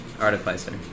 artificer